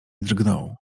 drgnął